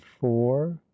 four